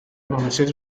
monitors